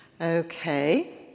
Okay